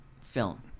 film